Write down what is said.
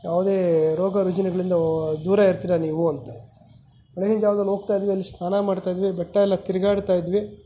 ಯಾವುದೇ ರೋಗ ರುಜಿನಗಳಿಂದ ದೂರ ಇರ್ತೀರ ನೀವು ಅಂತ ಬೆಳ್ಗಿನ ಜಾವದಲ್ಲಿ ಹೋಗ್ತಾ ಇದ್ವಿ ಅಲ್ಲಿ ಸ್ನಾನ ಮಾಡ್ತಾ ಇದ್ವಿ ಬೆಟ್ಟ ಎಲ್ಲ ತಿರುಗಾಡ್ತಾ ಇದ್ವಿ